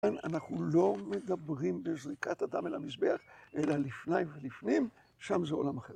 אנחנו לא מדברים בזריקת אדם אל המזבח אלא לפני ולפנים, שם זה עולם אחר